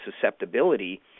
susceptibility